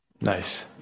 Nice